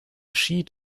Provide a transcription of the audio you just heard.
sheet